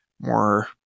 more